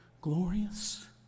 glorious